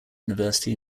university